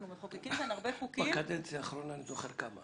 אנחנו מחוקקים כאן הרבה חוקים --- בקדנציה האחרונה אני זוכר כמה.